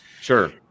Sure